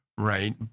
Right